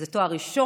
זה תואר ראשון,